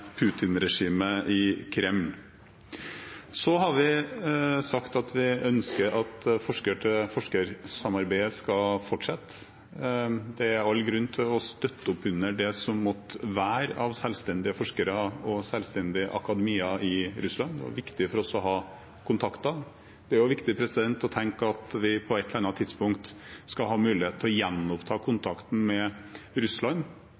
i Kreml. Så har vi sagt at vi ønsker at forsker-til-forsker-samarbeidet skal fortsette. Det er all grunn til å støtte opp under det som måtte være av selvstendige forskere og selvstendig akademia i Russland. Det er viktig for oss å ha kontakter. Det er viktig å tenke at vi på et eller annet tidspunkt skal ha mulighet til å gjenoppta kontakten med Russland